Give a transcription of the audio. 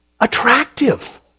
attractive